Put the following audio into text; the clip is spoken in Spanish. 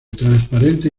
transparente